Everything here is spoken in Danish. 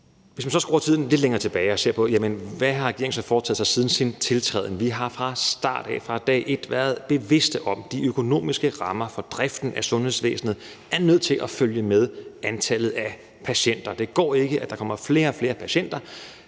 Hvis man så skruer tiden lidt længere tilbage og ser på, hvad regeringen har foretaget sig siden sin tiltræden, så har vi fra starten, fra dag et, været bevidste om, at de økonomiske rammer for driften af sundhedsvæsenet er nødt til at følge med antallet af patienter. Det går ikke, at der kommer flere og flere patienter,